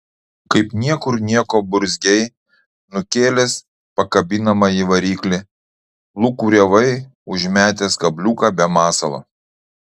kaip niekur nieko burzgei nukėlęs pakabinamąjį variklį lūkuriavai užmetęs kabliuką be masalo